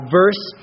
verse